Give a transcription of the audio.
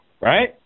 right